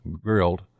grilled